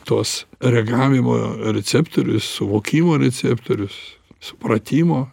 tuos reagavimo receptorius suvokimo receptorius supratimo